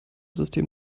system